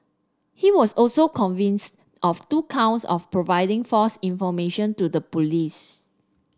he was also convinced of two counts of providing false information to the police